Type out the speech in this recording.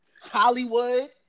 Hollywood